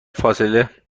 فاصله